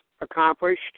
accomplished